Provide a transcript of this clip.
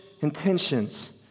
intentions